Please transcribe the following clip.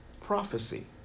prophecy